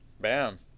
bam